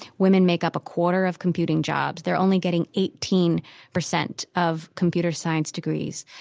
women make up a quarter of computing jobs. they're only getting eighteen percent of computer science degrees.